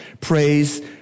praise